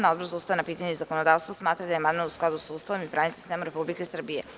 Odbor za ustavna pitanja i zakonodavstva smatra da je amandman u skladu sa Ustavom i pravnim sistemom Republike Srbije.